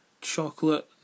chocolate